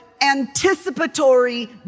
anticipatory